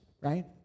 right